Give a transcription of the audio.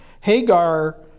Hagar